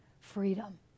freedom